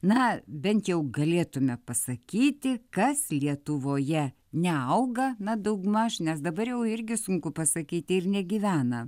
na bent jau galėtume pasakyti kas lietuvoje neauga na daugmaž nes dabar jau irgi sunku pasakyti ir negyvena